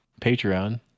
Patreon